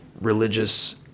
religious